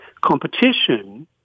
Competition